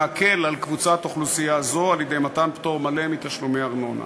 להקל על קבוצת אוכלוסייה זו על-ידי מתן פטור מלא מתשלומי ארנונה.